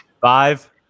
Five